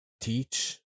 teach